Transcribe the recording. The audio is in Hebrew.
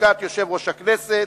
לשכת יושב-ראש הכנסת,